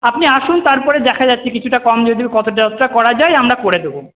আপনি আসুন তারপরে দেখা যাচ্ছে কিছুটা কম যদিও কতটা যতটা করা যায় আমরা করে দেব